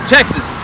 Texas